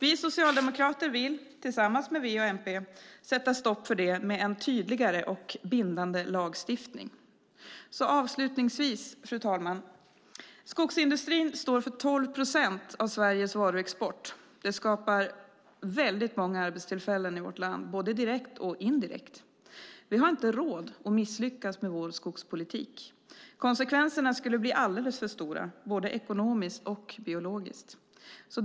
Vi socialdemokrater vill, tillsammans med V och MP sätta stopp för det med en tydligare och bindande lagstiftning. Fru talman! Skogsindustrin står för 12 procent av Sveriges varuexport. Det skapar väldigt många arbetstillfällen i vårt land, både direkt och indirekt. Vi har inte råd att misslyckas med vår skogspolitik. Konsekvenserna skulle bli alldeles för stora, både ekonomiskt och biologiskt.